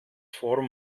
forum